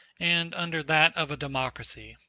and under that of a democracy.